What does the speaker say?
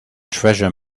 treasure